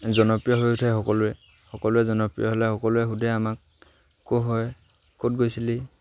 জনপ্ৰিয় হৈ উঠে সকলোৱে সকলোৱে জনপ্ৰিয় হ'লে সকলোৱে সুধে আমাক ক'ৰ হয় ক'ত গৈছিলি